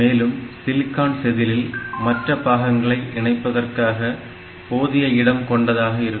மேலும் சிலிக்கான் செதிலியில் மற்ற பாகங்களை இணைப்பதற்காக போதிய இடம் கொண்டதாக இருக்கும்